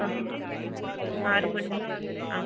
ആ ആറ് മണി മുതൽ ആ